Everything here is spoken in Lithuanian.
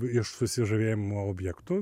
iš susižavėjimo objektų